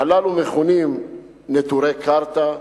הללו מכונים "נטורי קרתא"